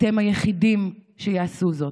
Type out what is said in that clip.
אתם היחידים שיעשו זאת.